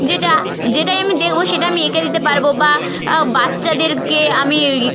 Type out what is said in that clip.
যেটা যেটাই আমি দেখব সেটা আমি এঁকে দিতে পারব বা বাচ্চাদেরকে আমি